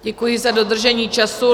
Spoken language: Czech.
Děkuji za dodržení času.